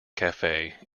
cafe